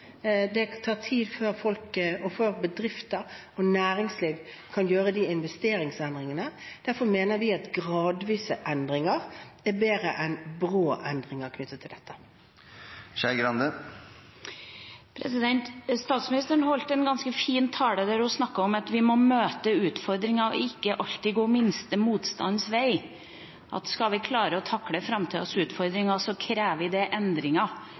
det tar tid før folk, bedrifter og næringsliv kan gjøre de investeringsendringene. Derfor mener vi at gradvise endringer er bedre enn brå endringer knyttet til dette. Statsministeren holdt en ganske fin tale, der hun snakket om at vi må møte utfordringer og ikke alltid gå «minste motstands vei» – at skal vi klare å takle framtidas utfordringer, krever det endringer